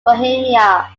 bohemia